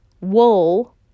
wool